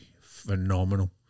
phenomenal